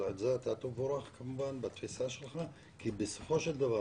ועל זה אתה תבורך בתפיסה שלך כי בסופו של דבר,